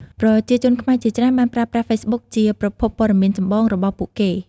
ប្រជាជនខ្មែរជាច្រើនបានប្រើប្រាស់ហ្វេសប៊ុកជាប្រភពព័ត៌មានចម្បងរបស់ពួកគេ។